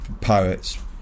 poets